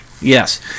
yes